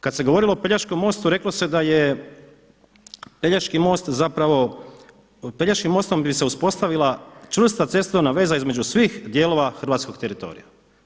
Kada se govorilo o Pelješkom mostu reklo se da je Pelješki most zapravo Pelješkim mostom bi se uspostavila čvrsta cestovna veza između svih dijelova hrvatskih teritorija.